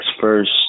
first